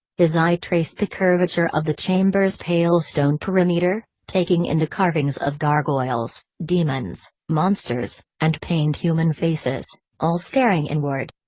his eye traced the curvature of the chamber's pale stone perimeter, taking in the carvings of gargoyles, demons, monsters, and pained human faces, all staring inward.